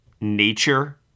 nature